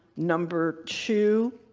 number two,